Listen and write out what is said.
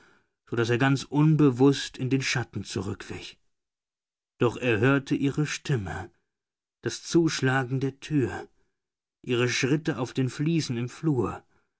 so daß er ganz unbewußt in den schatten zurückwich doch er hörte ihre stimme das zuschlagen der tür ihre schritte auf den fliesen im flur